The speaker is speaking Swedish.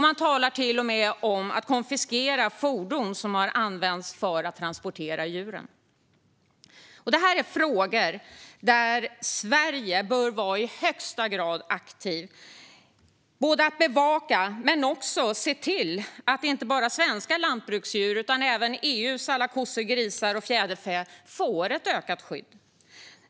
Man talar till och med om att konfiskera fordon som har använts för att transportera djuren. Detta är frågor där Sverige bör vara i högsta grad aktiv både med att bevaka och med att se till att inte bara svenska lantbruksdjur utan även EU:s alla kossor, grisar och fjäderfän får ett ökat skydd.